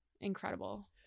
incredible